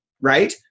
right